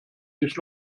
sich